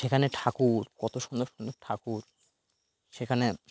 সেখানে ঠাকুর কত সুন্দর সুন্দর ঠাকুর সেখানে